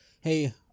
hey